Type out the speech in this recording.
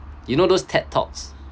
you know those ted talks